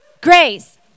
Grace